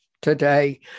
today